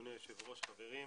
אדוני היושב ראש וחברים.